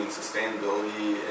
sustainability